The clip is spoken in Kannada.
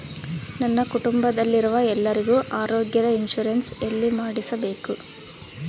ನನ್ನ ಕುಟುಂಬದಲ್ಲಿರುವ ಎಲ್ಲರಿಗೂ ಆರೋಗ್ಯದ ಇನ್ಶೂರೆನ್ಸ್ ಎಲ್ಲಿ ಮಾಡಿಸಬೇಕು?